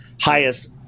highest